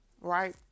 right